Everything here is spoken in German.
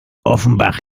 offenbach